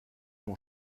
mon